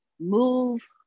Move